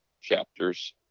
chapters